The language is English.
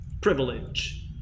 privilege